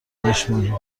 بشمری